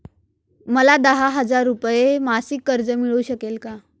मला दहा हजार रुपये मासिक कर्ज मिळू शकेल का?